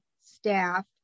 staff